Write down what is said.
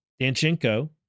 Danchenko